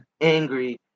angry